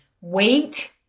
Wait